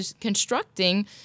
constructing